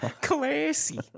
classy